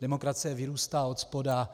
Demokracie vyrůstá odspoda.